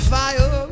fire